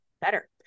better